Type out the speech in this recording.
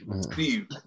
Steve